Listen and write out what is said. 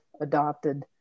adopted